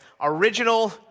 Original